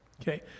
Okay